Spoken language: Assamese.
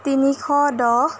তিনিশ দহ